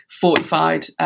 fortified